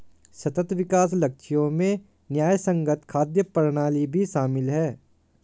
सतत विकास लक्ष्यों में न्यायसंगत खाद्य प्रणाली भी शामिल है